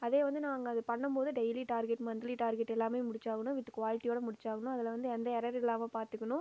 அதே வந்து நான் அங்கே அது பண்ணும் போது டெய்லி டார்கெட் மன்த்லி டார்கெட் எல்லாமே முடித்தாகணும் வித் குவாலிட்டியோடு முடித்தாகணும் அதில் வந்து எந்த எர்ரரும் இல்லாமல் பார்த்துக்கணும்